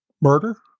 murder